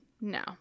no